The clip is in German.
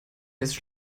ist